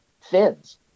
fins